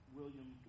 William